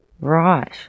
Right